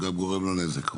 וגם גורם לו נזק.